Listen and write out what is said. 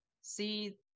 see